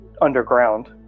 underground